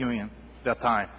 you in that time